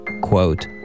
Quote